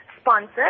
sponsor